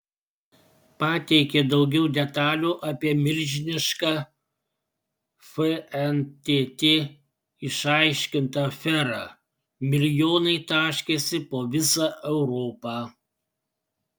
pateikė daugiau detalių apie milžinišką fntt išaiškintą aferą milijonai taškėsi po visą europą